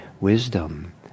wisdom